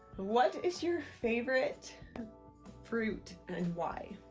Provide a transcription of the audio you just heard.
what is your favorite fruit and why?